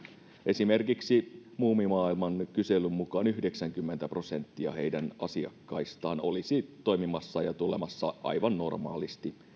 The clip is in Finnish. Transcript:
esimerkiksi muumimaailman kyselyn mukaan yhdeksänkymmentä prosenttia heidän asiakkaistaan olisi toimimassa ja tulemassa aivan normaalisti